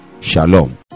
shalom